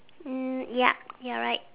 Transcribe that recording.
mm yup you are right